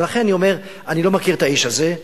ולכן אני אומר: אני לא מכיר את האיש הזה,